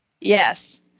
Yes